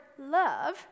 love